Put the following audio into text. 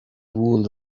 wool